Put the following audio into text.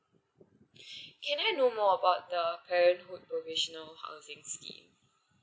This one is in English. can I know more about the parenthood provisional housing scheme